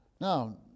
Now